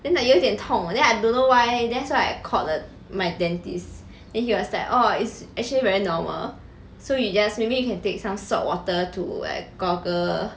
then like 有点痛 then I don't know why that's what I called the my dentist then he was like oh it's actually very normal so you just maybe you can take some saltwater to like gargle